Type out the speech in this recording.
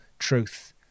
truth